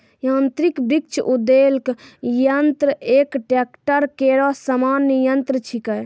यांत्रिक वृक्ष उद्वेलक यंत्र एक ट्रेक्टर केरो सामान्य यंत्र छिकै